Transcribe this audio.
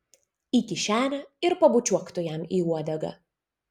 į kišenę ir pabučiuok tu jam į uodegą